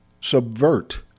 subvert